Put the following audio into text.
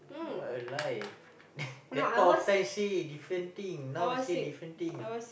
what a lie that point of time say different thing now say different thing